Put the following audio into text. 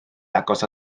agos